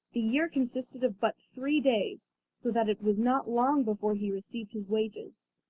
the year consisted of but three days, so that it was not long before he received his wages.